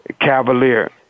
cavalier